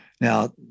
Now